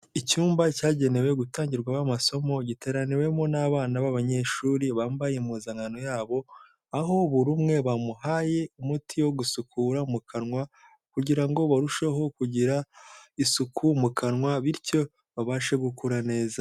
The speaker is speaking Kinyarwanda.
Icyumba cyagenewe gutangirwamo amasomo giteraniwemo n'abana b'abanyeshuri bambaye impuzankano yabo aho buri umwe bamuhaye umuti wo gusukura mu kanwa kugira ngo barusheho kugira isuku mu kanwa bityo babashe gukura neza.